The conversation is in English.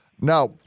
Now